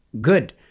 good